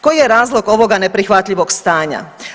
Koji je razlog ovoga neprihvatljivog stanja?